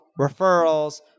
referrals